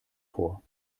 vor